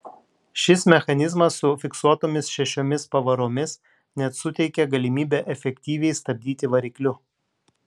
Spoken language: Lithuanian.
šis mechanizmas su fiksuotomis šešiomis pavaromis net suteikė galimybę efektyviai stabdyti varikliu